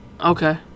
Okay